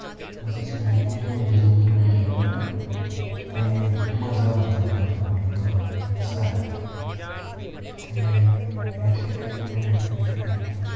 अस चाह्न्ने कि होर बी लोग डोगरी बोलन ते मज़ा आंदा डोगरी बोलन दा सारेंई ते एह्दे कन्नै असें केह् ऐ कि